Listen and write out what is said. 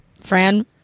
Fran